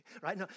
right